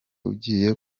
ugiye